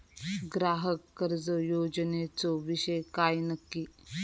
ग्राहक कर्ज योजनेचो विषय काय नक्की?